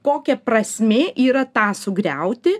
kokia prasmė yra tą sugriauti